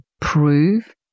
prove